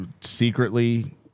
secretly